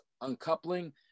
uncoupling